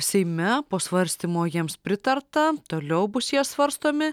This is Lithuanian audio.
seime po svarstymo jiems pritarta toliau bus jie svarstomi